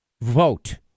Vote